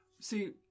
See